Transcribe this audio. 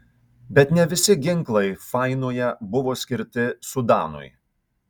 bet ne visi ginklai fainoje buvo skirti sudanui